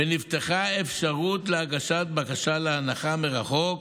ונפתחה אפשרות להגשת בקשה להנחה מרחוק